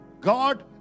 God